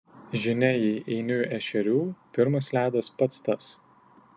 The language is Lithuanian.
žinia jei eini ešerių pirmas ledas pats tas